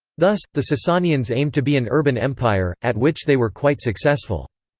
thus, the sasanians aimed to be an urban empire, at which they were quite successful.